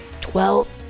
Twelve-